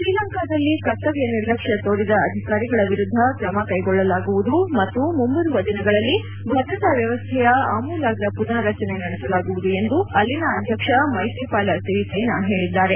ಶ್ರೀಲಂಕಾದಲ್ಲಿ ಕರ್ತವ್ಯ ನಿರ್ಲಷ್ಯ ತೋರಿದ ಅಧಿಕಾರಿಗಳ ವಿರುದ್ದ ಕ್ರಮಕ್ವೆಗೊಳ್ಳಲಾಗುವುದು ಮತ್ತು ಮುಂಬರುವ ದಿನಗಳಲ್ಲಿ ಭದ್ರತಾ ವ್ಯವಸ್ಥೆಯ ಅಮೂಲಾಗ್ರ ಪುನಾರಚನೆ ನಡೆಸಲಾಗುವುದು ಎಂದು ಅಲ್ಲಿನ ಅಧ್ಯಕ್ಷ ಮೈತ್ರಿಪಾಲಸಿರಿಸೇನಾ ಹೇಳಿದ್ದಾರೆ